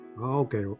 Okay